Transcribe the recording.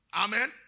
Amen